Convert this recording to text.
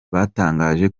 batangaje